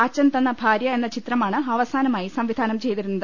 അച്ഛൻ തന്ന ഭാര്യ എന്ന ചിത്രമാണ് അവസാനമായി സംവിധാനം ചെയ്തിരുന്നത്